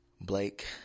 Blake